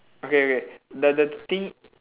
okay okay the the thing